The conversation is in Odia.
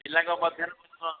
ପିଲାଙ୍କ ମଧ୍ୟାହ୍ନ ଭୋଜନ